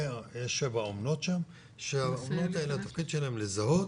ויש שבע אומנות שם שהתפקיד שלהן הוא לזהות